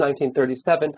1937